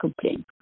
complain